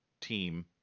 team